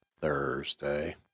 Thursday